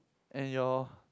and your